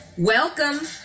Welcome